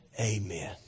Amen